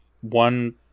one